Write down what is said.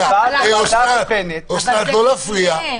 אוסנת, לא להפריע.